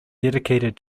dedicated